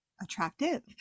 attractive